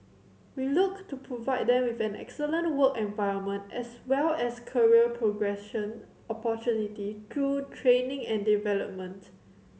we look to provide them with an excellent work environment as well as career progression opportunity through training and development